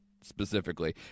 specifically